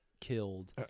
killed